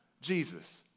Jesus